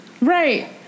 Right